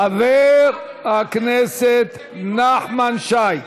חבר הכנסת נחמן שי.